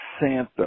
Santa